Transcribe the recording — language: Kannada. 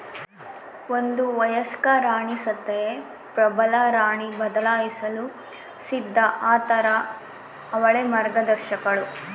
ಒಂದು ವಯಸ್ಕ ರಾಣಿ ಸತ್ತರೆ ಪ್ರಬಲರಾಣಿ ಬದಲಾಯಿಸಲು ಸಿದ್ಧ ಆತಾರ ಅವಳೇ ಮಾರ್ಗದರ್ಶಕಳು